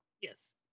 Yes